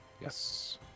Yes